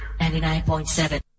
99.7